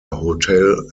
hotel